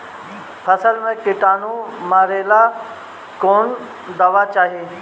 फसल में किटानु मारेला कौन दावा चाही?